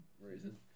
reason